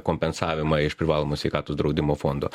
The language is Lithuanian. kompensavimą iš privalomo sveikatos draudimo fondo